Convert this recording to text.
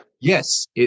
Yes